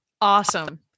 Awesome